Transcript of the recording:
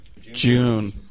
June